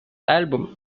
album